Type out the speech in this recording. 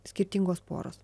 skirtingos poros